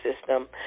system